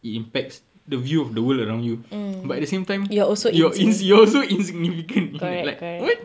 it impacts the view of the world around you but at the same time you're also insignificant like what